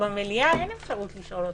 שבמליאה אין אפשרות לשאול אותן.